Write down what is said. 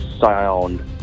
sound